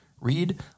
Read